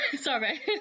Sorry